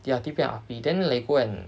ya T_P and R_P then they go and